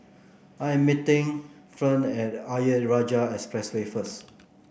I am meeting Ferne at Ayer Rajah Expressway first